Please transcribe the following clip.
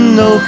no